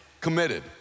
committed